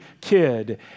kid